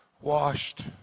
washed